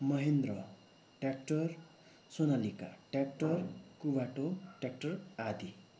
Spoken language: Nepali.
Mahendra tractor Sonalika tractor Kubota tractor आदि